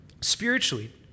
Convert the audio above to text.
Spiritually